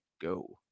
go